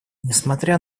несмотря